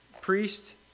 priest